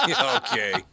Okay